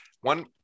One